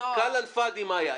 כלאם פאדי מה היה.